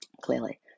Clearly